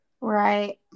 Right